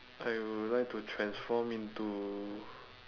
I will like to transform into